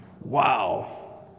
Wow